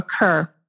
occur